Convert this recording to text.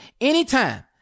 anytime